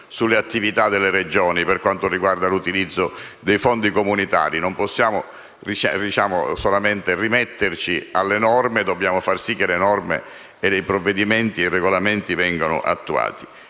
sull'attività delle Regioni per quanto riguarda l'utilizzo dei fondi comunitari. Non possiamo soltanto rimetterci alle norme, ma dobbiamo anche far sì che le norme, i provvedimenti e i regolamenti vengano attuati.